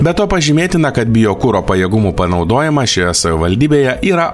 be to pažymėtina kad biokuro pajėgumų panaudojimą šioje savivaldybėje yra